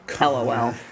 Lol